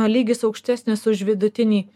lygis aukštesnis už vidutinį